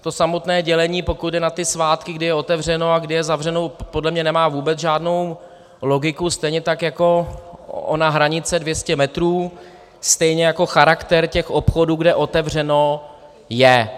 To samotné dělení, pokud jde o svátky, kdy je otevřeno a kdy je zavřeno, podle mě nemá vůbec žádnou logiku, stejně tak jako ona hranice 200 metrů, stejně jako charakter obchodů, kde otevřeno je.